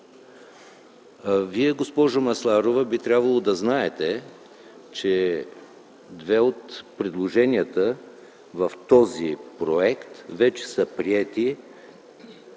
Вие, госпожо Масларова, би трябвало да знаете, че две от предложенията в този проект вече са приети,